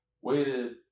Waited